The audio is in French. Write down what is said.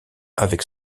avec